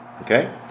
okay